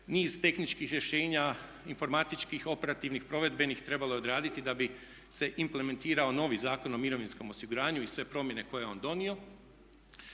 niz tehničkih rješenja, informatičkih, operativnih, provedbenih trebalo je odraditi da bi se implementirao novi Zakon o mirovinskom osiguranju i sve promjene koje je on donio.